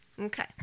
okay